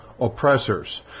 oppressors